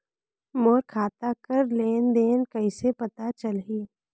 मोर खाता कर लेन देन कइसे पता चलही?